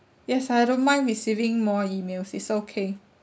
yes I don't mind receiving more emails it's okay